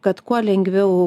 kad kuo lengviau